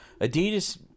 Adidas